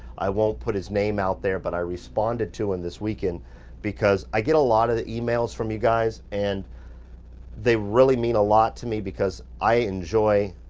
i won't put his name out there, but i responded to and this weekend because i get a lot of emails from you guys, and they really mean a lot to me because i enjoy,